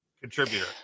contributor